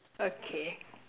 okay